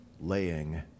laying